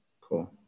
Cool